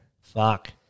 Fuck